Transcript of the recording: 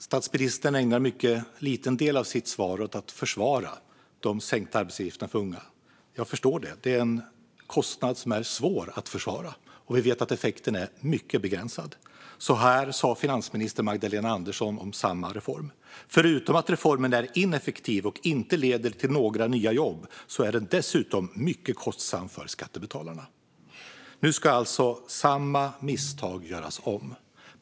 Herr talman! Statsministern ägnar en mycket liten del av sitt svar åt att försvara de sänkta arbetsgivaravgifterna för unga. Jag förstår det. Det är en kostnad som är svår att försvara, och vi vet att effekten är mycket begränsad. Så här sa finansminister Magdalena Andersson om samma reform: "Förutom att reformen är ineffektiv och inte leder till några nya jobb så är den dessutom mycket kostsam för skattebetalarna." Nu ska alltså samma misstag göras om.